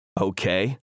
Okay